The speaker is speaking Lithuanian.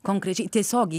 konkrečiai tiesiogiai